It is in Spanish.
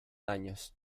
daños